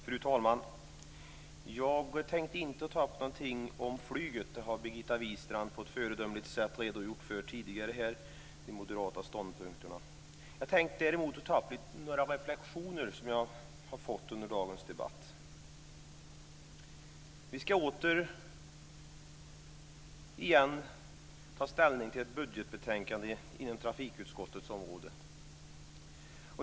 Fru talman! Jag tänkte inte ta upp frågan om flyget. Birgitta Wistrand har tidigare på ett föredömligt sätt redogjort för de moderata ståndpunkterna. Jag tänkte däremot ta upp några reflexioner från dagens debatt. Vi ska återigen ta ställning till ett budgetbetänkande inom trafikutskottets område.